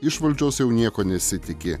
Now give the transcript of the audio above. iš valdžios jau nieko nesitiki